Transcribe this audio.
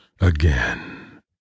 again